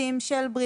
לא.